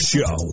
Show